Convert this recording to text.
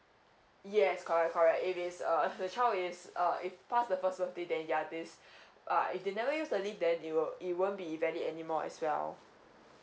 yes correct correct if it's uh the child is uh if pass the first birthday then yeah this uh if they never use the leave then they will it won't be valid anymore as well